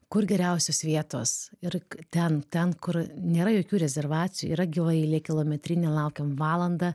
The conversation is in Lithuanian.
kur geriausios vietos ir ten ten kur nėra jokių rezervacijų yra gyva eilė kilometrinė laukėm valandą